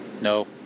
No